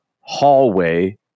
hallway